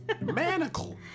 Manacle